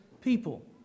people